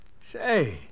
Say